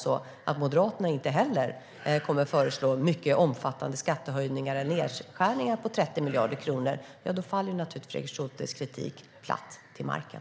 Men om Moderaterna inte heller kommer att föreslå mycket omfattande skattehöjningar eller nedskärningar på 30 miljarder kronor faller naturligtvis Fredrik Schultes kritik platt till marken.